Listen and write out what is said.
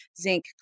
zinc